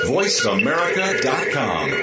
VoiceAmerica.com